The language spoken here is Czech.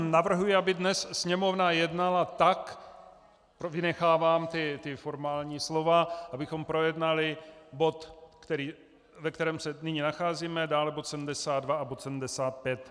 Navrhuji, aby dnes Sněmovna jednala tak, vynechávám formální slova, abychom projednali bod, ve kterém se nyní nacházíme, dále bod 72 a bod 75.